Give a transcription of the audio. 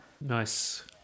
nice